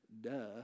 duh